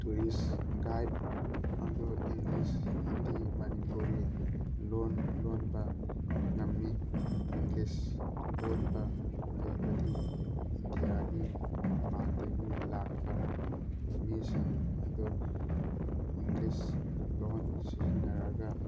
tourist guide ꯑꯗꯨ English Hindi Manipuri ꯂꯣꯟ ꯂꯣꯟꯕ ꯉꯝꯃꯤ ꯏꯪꯂꯤꯁ ꯂꯣꯟꯕ ꯍꯩꯕꯗꯤ ꯏꯟꯗꯤꯌꯥꯒꯤ ꯃꯄꯥꯟꯗꯒꯤ ꯂꯥꯛꯄ ꯃꯤꯁꯤꯡ ꯑꯗꯣ ꯏꯪꯂꯤꯁ ꯂꯣꯟ ꯁꯤꯖꯤꯟꯅꯔꯒ